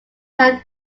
had